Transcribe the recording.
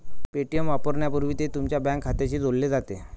Paytm वापरण्यापूर्वी ते तुमच्या बँक खात्याशी जोडले जाते